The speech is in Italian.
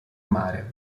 mare